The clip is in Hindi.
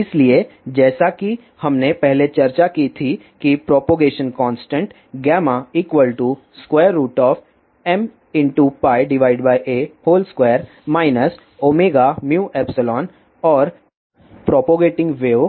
इसलिए जैसा कि हमने पहले चर्चा की थी कि प्रोपगेशन कांस्टेंट γmπa2 2μϵ और प्रोपगेटिंग वेव